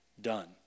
done